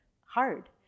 hard